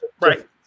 Right